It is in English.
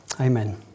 Amen